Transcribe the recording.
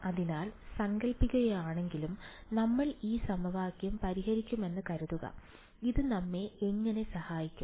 അതിനാൽ സങ്കൽപ്പിക്കുകയാണെങ്കിലും നമ്മൾ ഈ സമവാക്യം പരിഹരിക്കുമെന്ന് കരുതുക ഇത് നമ്മെ എങ്ങനെ സഹായിക്കും